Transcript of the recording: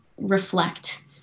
reflect